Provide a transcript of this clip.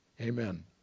Amen